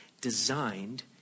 designed